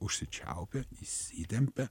užsičiaupia įsitempia